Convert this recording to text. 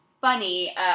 funny